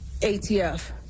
ATF